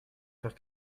faire